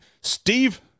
Steve